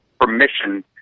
permission